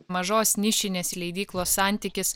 mažos nišinės leidyklos santykis